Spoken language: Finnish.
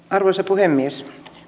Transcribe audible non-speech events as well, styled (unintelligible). (unintelligible) arvoisa puhemies